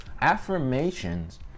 affirmations